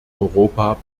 europa